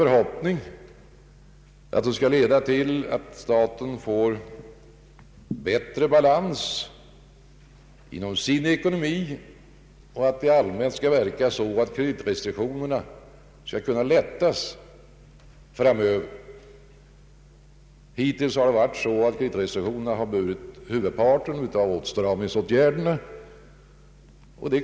Jag hoppas att de skall leda till att det blir bättre balans i statens ekonomi och att man skall kunna lätta på kreditrestriktionerna så småningom. Hittills har kreditrestriktionerna fått bära huvudparten av åtstramningsåtgärderna.